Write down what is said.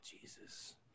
Jesus